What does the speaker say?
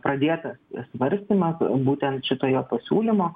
pradėtas svarstymas būtent šito jo pasiūlymo